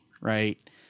right